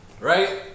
right